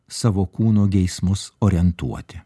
savo kūno geismus orientuoti